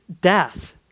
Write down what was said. death